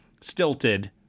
stilted